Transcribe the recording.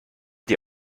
die